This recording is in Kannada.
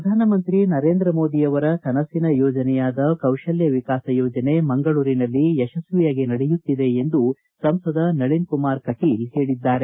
ಪ್ರಧಾನಮಂತ್ರಿ ನರೇಂದ್ರ ಮೋದಿಯವರ ಕನಸಿನ ಯೋಜನೆಯಾದ ಕೌಶಲ್ಕವಿಕಾಸ ಯೋಜನೆ ಮಂಗಳೂರಿನಲ್ಲಿ ಯಶಸ್ವಿಯಾಗಿ ನಡೆಯುತ್ತಿದೆ ಎಂದು ಸಂಸದ ನಳಿನಕುಮಾರ ಕಟೀಲ್ ಹೇಳಿದ್ದಾರೆ